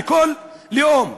לכל לאום.